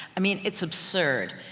i mean, it's absurd.